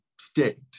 state